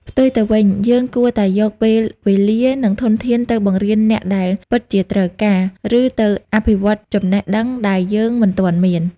ផ្ទុយទៅវិញ យើងគួរតែយកពេលវេលា និងធនធានទៅបង្រៀនអ្នកដែលពិតជាត្រូវការ ឬទៅអភិវឌ្ឍចំណេះដឹងដែលយើងមិនទាន់មាន។